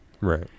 Right